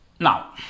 Now